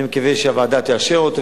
אני מקווה שהוועדה תאשר אותו.